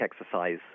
exercise